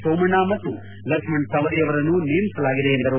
ಸೋಮಣ್ಣ ಮತ್ತು ಲಕ್ಷ್ಮಣಸವಧಿ ಅವರನ್ನು ನೇಮಿಸಲಾಗಿದೆ ಎಂದರು